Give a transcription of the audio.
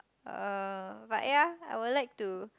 uh but ya I would like to